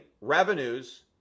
revenues